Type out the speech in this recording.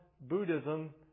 Buddhism